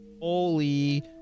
Holy